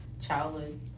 childhood